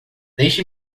deixe